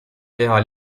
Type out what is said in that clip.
keha